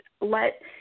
let